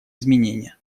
изменения